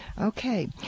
okay